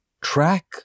track